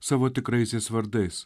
savo tikraisiais vardais